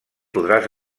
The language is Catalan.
podràs